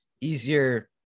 easier